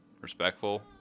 respectful